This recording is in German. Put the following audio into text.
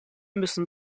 müssen